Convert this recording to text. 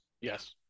Yes